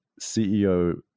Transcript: CEO